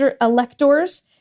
electors